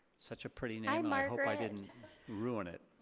such a pretty name, i hope i didn't ruin it.